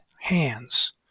hands